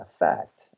effect